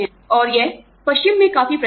और यह पश्चिम में काफी प्रचलित है